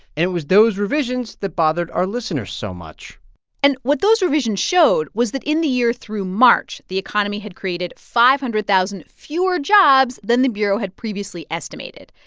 and it was those revisions that bothered our listeners so much and what those revisions showed was that in the year through march, the economy had created five hundred thousand fewer jobs than the bureau had previously estimated.